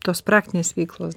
tos praktinės veiklos